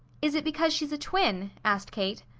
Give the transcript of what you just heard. is it because she's a twin? asked kate.